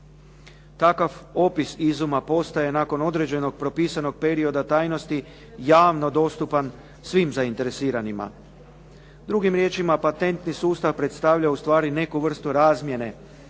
Takav opis izuma postaje nakon određenog propisanog perioda tajnosti javno dostupan svim zainteresiranima. Drugim riječima patentni sustav predstavlja ustvari neku vrstu razmjene